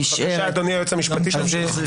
בבקשה, אדוני היועץ המשפטי, תמשיך.